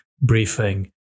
briefing